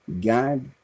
God